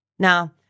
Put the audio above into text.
Now